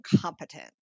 competent